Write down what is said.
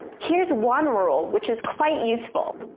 here's one rule which is quite useful.